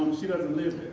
she doesn't live